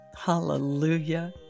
Hallelujah